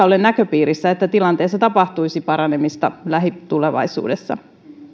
ole näköpiirissä että tilanteessa tapahtuisi paranemista lähitulevaisuudessa